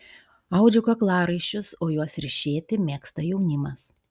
audžiu kaklaraiščius o juos ryšėti mėgsta jaunimas